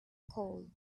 cold